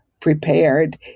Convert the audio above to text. prepared